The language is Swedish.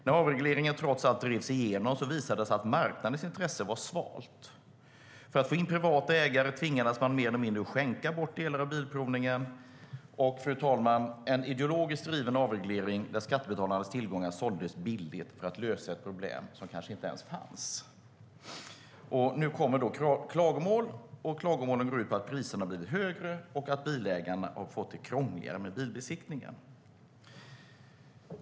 När avregleringen trots allt drevs igenom visade det sig att marknadens intresse var svalt. För att få in privata ägare tvingades man mer eller mindre skänka bort delar av bilprovningen. Och, fru talman, det var en ideologiskt genomdriven avreglering där skattebetalarnas tillgångar såldes billigt för att lösa ett problem som kanske inte ens fanns. Nu kommer det klagomål, och de går ut på att priserna har blivit högre och att bilägarna har fått det krångligare med bilbesiktningen.